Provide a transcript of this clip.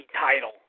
title